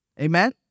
amen